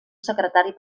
secretari